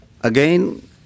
Again